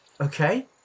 Okay